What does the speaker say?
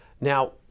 Now